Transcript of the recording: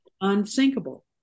unsinkable